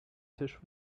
tisch